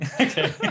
Okay